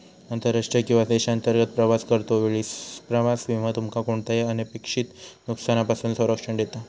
आंतरराष्ट्रीय किंवा देशांतर्गत प्रवास करतो वेळी प्रवास विमो तुमका कोणताही अनपेक्षित नुकसानापासून संरक्षण देता